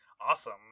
Awesome